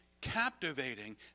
captivating